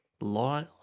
law